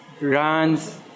runs